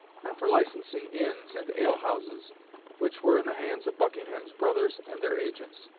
and for licensing inns and ale-houses which were in the hands of buckingham's brothers and their agents.